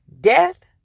death